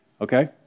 Okay